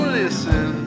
listen